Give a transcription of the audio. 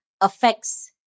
affects